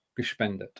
gespendet